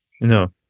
No